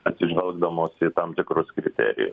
atsižvelgdamos į tam tikrus kriterijus